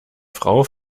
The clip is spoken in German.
frau